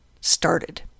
started